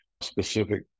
specific